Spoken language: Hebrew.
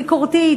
ביקורתית,